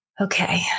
okay